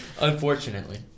Unfortunately